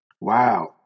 Wow